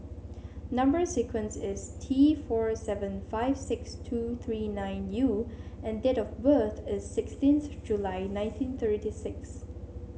number sequence is T four seven five six two three nine U and date of birth is sixteenth July nineteen thirty six